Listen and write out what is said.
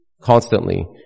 constantly